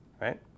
right